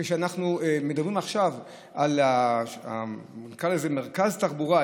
כשאנחנו מדברים עכשיו על מרכז תחבורה,